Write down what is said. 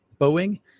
Boeing